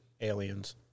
aliens